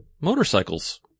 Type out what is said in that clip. motorcycles